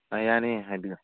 ꯑ ꯌꯥꯅꯤꯌꯦ ꯍꯥꯏꯕꯤꯌꯨ